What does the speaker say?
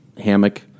hammock